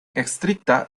estricta